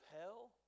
hell